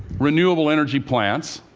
renewable energy plants,